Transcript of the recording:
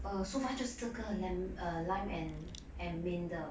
err so far 就是这个 lem~ lime and and mint 的